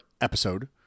episode